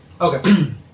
Okay